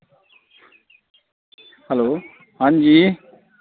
hello हांजी